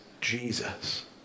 Jesus